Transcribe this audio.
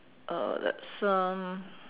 uh that's um